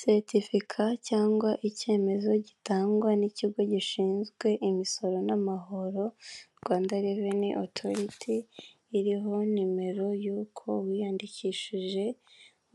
Seritifika cyangwa icyemezo gitangwa n'ikigo gishinzwe imisoro n'amahoro Rwanda reveni otoriti, iriho nimero y'uko wiyandikishije